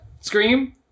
Scream